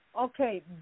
Okay